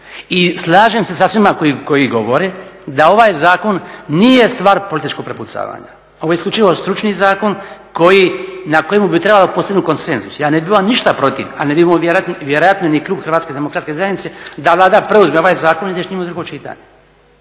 I slažem se sa svima koji govore da ovaj zakon nije stvar političkog prepucavanja, ovo je isključivo stručni zakon na kojem bi trebao biti postignut konsenzus. Ja ne bih imao ništa protiv, a ne bi imao vjerojatno ni klub HDZ-a da Vlada preuzme ovaj zakon i da s njim ide u drugo čitanje.